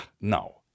No